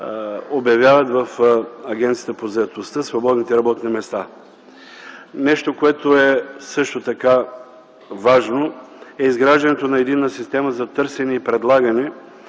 обявяват в Агенцията по заетостта свободните работни места. Нещо, което е също така важно – това е изграждането на единна система за търсене и предлагане